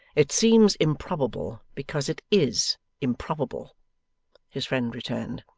it seems improbable because it is improbable his friend returned.